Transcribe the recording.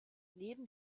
neben